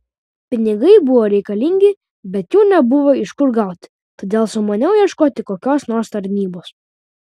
pinigai buvo reikalingi bet jų nebuvo iš kur gauti todėl sumaniau ieškoti kokios nors tarnybos